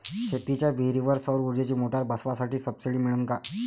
शेतीच्या विहीरीवर सौर ऊर्जेची मोटार बसवासाठी सबसीडी मिळन का?